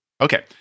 Okay